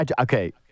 Okay